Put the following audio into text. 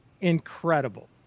Incredible